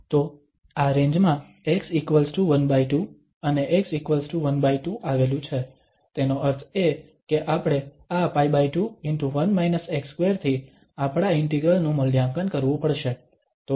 તો આ રેન્જ માં x12 અને x12 આવેલું છે તેનો અર્થ એ કે આપણે આ π2 ✕ થી આપણા ઇન્ટિગ્રલ નું મૂલ્યાંકન કરવું પડશે